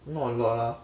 not a lot ah